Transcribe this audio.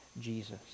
Jesus